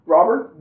Robert